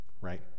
right